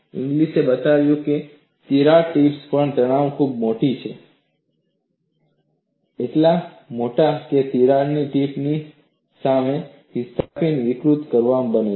ઇંગ્લિસે બતાવ્યું કે તિરાડ ટીપ્સ પર તણાવ ખૂબ મોટો છે એટલા મોટા કે તેઓ તિરાડ ટીપની સામે સ્થિતિસ્થાપક વિકૃતિનું કારણ બને છે